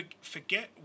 forget